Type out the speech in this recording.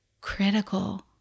critical